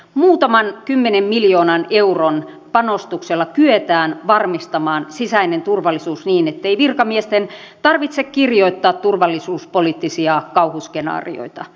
muutaman kymmenen miljoonan euron panostuksella kyetään varmistamaan sisäinen turvallisuus niin ettei virkamiesten tarvitse kirjoittaa turvallisuuspoliittisia kauhuskenaarioita